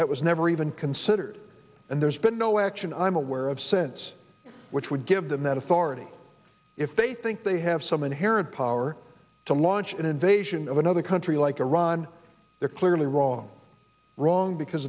that was never even considered and there's been no action i'm aware of since which would give them that authority if they think they have some inherent power to launch an invasion of another country like iran they're clearly wrong wrong because